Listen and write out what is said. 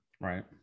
Right